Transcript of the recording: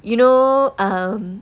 you know um